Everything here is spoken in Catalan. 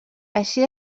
així